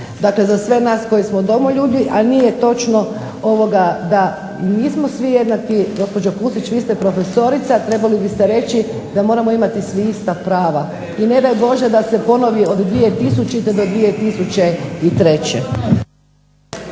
dakle za sve nas koji smo domoljubi, a nije točno da nismo svi jednaki. Gospođo Pusić, vi ste profesorica, trebali biste reći da moramo imati svi ista prava i ne daj Bože da se ponovi od 2000. do 2003.